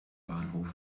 bahnhof